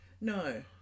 No